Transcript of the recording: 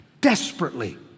Desperately